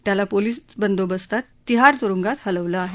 त्याला पोलीस बंदोबस्तात तिहार तुरूगांत हलवलं आहे